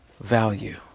value